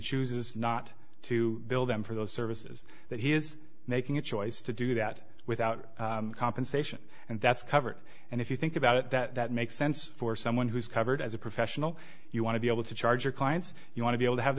chooses not to build them for those services that he is making a choice to do that without compensation and that's covered and if you think about it that makes sense for someone who's covered as a professional you want to be able to charge your clients you want to be able to have